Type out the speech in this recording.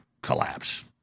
collapse